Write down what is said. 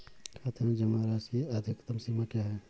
खाते में जमा राशि की अधिकतम सीमा क्या है?